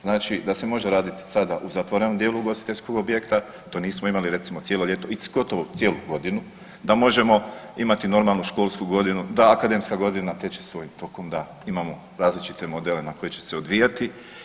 Znači da se može raditi sada u zatvorenom dijelu ugostiteljskog objekta to nismo imali recimo cijelo ljeto i gotovo cijelu godinu, da možemo imati normalnu školsku godinu, da akademska godina teče svojim tokom, da imamo različite modele na koje će se odvijati.